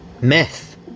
Meth